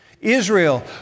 Israel